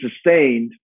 sustained